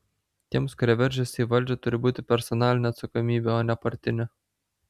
tiems kurie veržiasi į valdžią turi būti personalinė atsakomybė o ne partinė